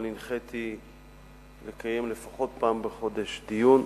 אבל הנחיתי לקיים לפחות פעם בחודש דיון.